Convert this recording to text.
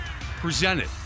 presented